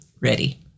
ready